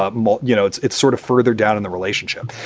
um ah you know, it's it's sort of further down in the relationship.